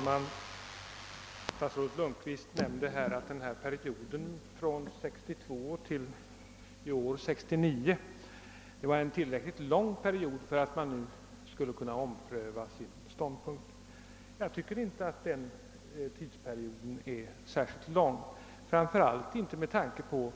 Herr talman! Statsrådet Lundkvist menade att perioden från år 1962 till innevarande år, 1969, skulle vara tillräckligt lång för att man nu skulle kunna ompröva sin ståndpunkt. Jag tycker inte att denna tidsperiod är särskilt lång, framför allt inte med tanke på